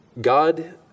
God